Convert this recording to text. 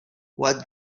what